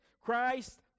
Christ